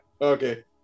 okay